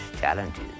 challenges